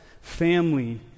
family